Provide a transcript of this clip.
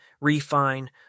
refine